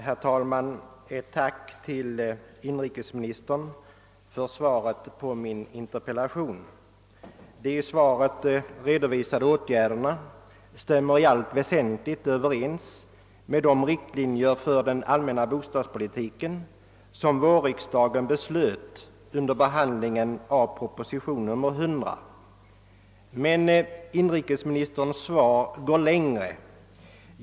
Herr talman! Jag tackar inrikesministern för svaret på min interpellation. De redovisade åtgärderna stämmer i allt väsentligt överens med de riktlinjer för den allmänna bostadspolitiken som vårriksdagen beslöt under behandlingen av proposition nr 100, men inrikesministerns svar går längre.